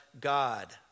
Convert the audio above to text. God